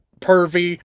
pervy